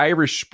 Irish